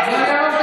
זה מה שאמרתי